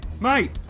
Mate